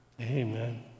Amen